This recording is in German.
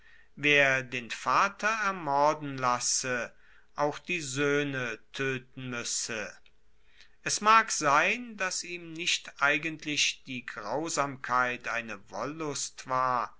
wer den vater ermorden lasse auch die soehne toeten muesse es mag sein dass ihm nicht eigentlich die grausamkeit eine wollust war